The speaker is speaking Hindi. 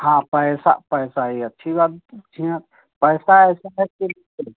हाँ पैसा पैसा येअच्छी बात पूछे है आप पैसा ऐसा है तो